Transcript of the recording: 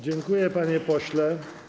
Dziękuję, panie pośle.